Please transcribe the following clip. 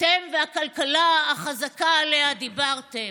אתם והכלכלה החזקה שעליה דיברתם.